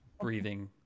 breathing